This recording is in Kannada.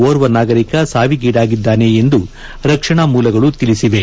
ಓರ್ವ ನಾಗರಿಕ ಸಾವಿಗೀಡಾಗಿದ್ಲಾನೆ ಎಂದು ರಕ್ಷಣಾ ಮೂಲಗಳು ತಿಳಿಸಿವೆ